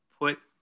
put